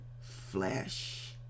flesh